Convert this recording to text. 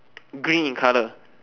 green in colour